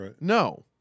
No